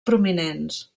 prominents